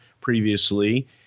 previously